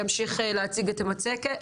תציג את המשך המצגת.